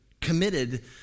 committed